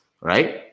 Right